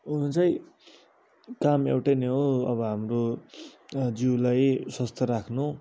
हुनु चाहिँ काम एउटा नै हो अब हाम्रो जिउलाई स्वास्थ्य राख्नु